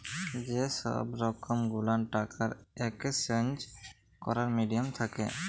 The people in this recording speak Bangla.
যে সহব রকম গুলান টাকার একেসচেঞ্জ ক্যরার মিডিয়াম থ্যাকে